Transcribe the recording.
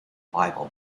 bible